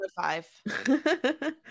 five